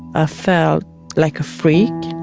ah felt like a freak.